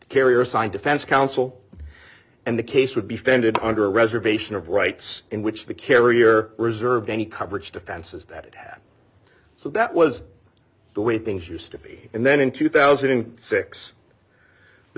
carrier signed defense counsel and the case would be founded under reservation of rights in which the carrier reserved any coverage defenses that it had so that was the way things used to be and then in two thousand and six the